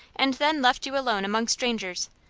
and then left you alone among strangers.